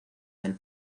del